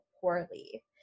poorly